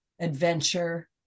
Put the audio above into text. Adventure